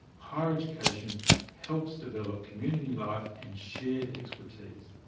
higher education helps develop community life and shared expertise.